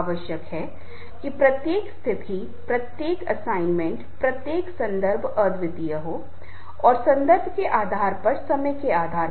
अब इस तरह के लोग इस तरह के नेताओं का मतलब है अनुभव और क्षमता के माध्यम से होता है